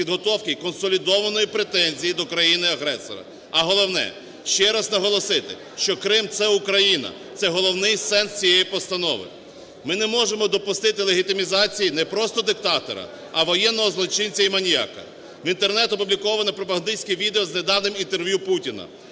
підготовки консолідованої претензії до країни-агресора. А головне, ще раз наголосити, що Крим – це Україна. Це головний сенс цієї постанови. Ми не можемо допустити легітимізації не просто диктатора, а воєнного злочинця і маніяка. В Інтернеті опубліковано пропагандистське відео з недавнім інтерв'ю Путіна,